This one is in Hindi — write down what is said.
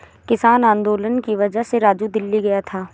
किसान आंदोलन की वजह से राजू दिल्ली गया था